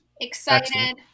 Excited